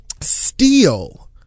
steal